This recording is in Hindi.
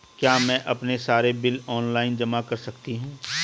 क्या मैं अपने सारे बिल ऑनलाइन जमा कर सकती हूँ?